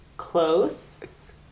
close